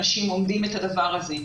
אנשים אומרים את הדבר הזה,